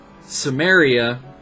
Samaria